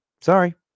sorry